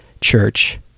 church